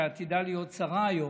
שעתידה להיות שרה היום,